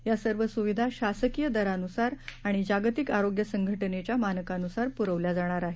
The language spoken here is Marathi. या सर्व सुविधा शासकीय दरानुसार आणि जागतिक आरोग्य संघटनेच्या मानकांनुसार पुरवल्या जाणार आहेत